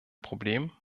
problem